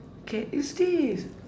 cat is this